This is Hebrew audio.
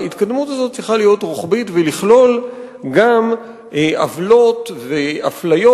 ההתקדמות הזאת צריכה להיות רוחבית ולכלול גם עוולות ואפליות